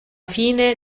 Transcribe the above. fine